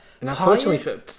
unfortunately